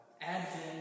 Advent